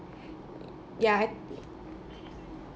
ya